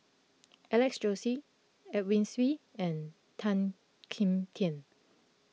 Alex Josey Edwin Siew and Tan Kim Tian